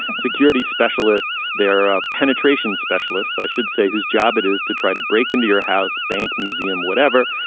security specialists. their ah penetration specialists, i should say, whose job it is to try to break into your house, bank, museum, whatever,